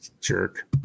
Jerk